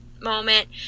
moment